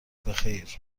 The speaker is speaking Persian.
بخیر